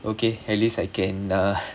okay at least I can uh